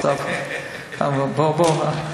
בוא,